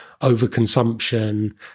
overconsumption